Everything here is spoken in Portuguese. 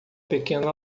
pequena